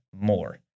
more